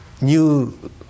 new